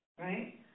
Right